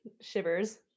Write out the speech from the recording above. shivers